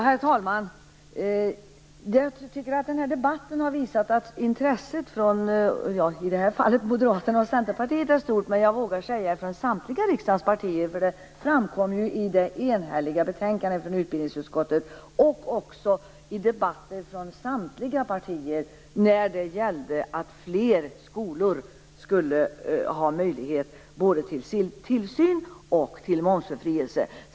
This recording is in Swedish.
Herr talman! Jag tycker att den här debatten visar på att intresset är stort från i det här fallet Moderaterna och Centerpartiet, men även, vågar jag säga, från samtliga riksdagspartier. Det framkom i det enhälliga betänkandet från utbildningsutskottet, men också från samtliga partier i debatten om att fler skolor skall ha möjlighet till både tillsyn och momsbefrielse.